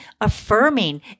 affirming